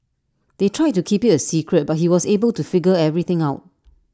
they tried to keep IT A secret but he was able to figure everything out